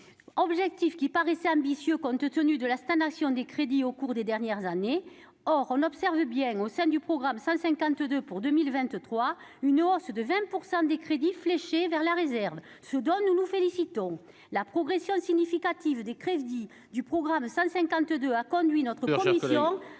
objectif qui paraissait ambitieux compte tenu de la stagnation des crédits au cours des dernières années. Or on observe bien, au sein du programme 152 pour 2023, une hausse de 20 % des crédits fléchés vers la réserve, ce dont nous nous félicitons. La progression significative des crédits du programme 152 a conduit notre commission